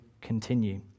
continue